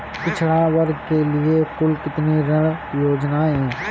पिछड़ा वर्ग के लिए कुल कितनी ऋण योजनाएं हैं?